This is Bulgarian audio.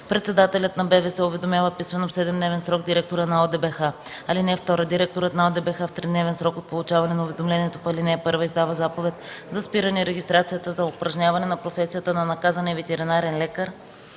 председателят на БВС уведомява писмено в седем дневен срок директора на ОДБХ. (2) Директорът на ОДБХ в тридневен срок от получаване на уведомлението по ал. 1 издава заповед за спиране регистрацията за упражняване на професията на наказания ветеринарен лекар